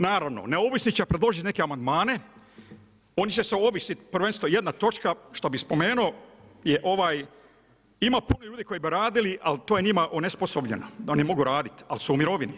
Naravno ne ovisi da ću ja predložiti neke amandmane, oni će ovisit, prvenstveno jedna točka šta bi spomenuo, ima puno ljudi koji bi radili ali to je njima onesposobljeno da oni mogu raditi, ali su u mirovini.